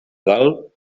dalt